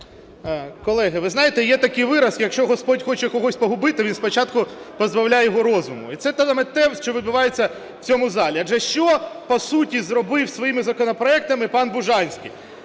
Колеги, ви знаєте, є такий вираз: якщо Господь хоче когось погубити, він спочатку позбавляє його розуму. І це саме те, що відбувається в цьому залі, адже що, по суті, зробив своїми законопроектами пан Бужанський?